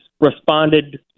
responded